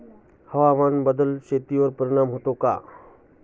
हवामान बदलाचा शेतीवर परिणाम होतो का?